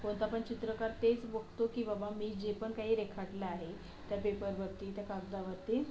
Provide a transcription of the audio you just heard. कोणता पण चित्रकार तेच बघतो की बाबा मी जे पण काही रेखाटलं आहे त्या पेपरवरती त्या कागदावरती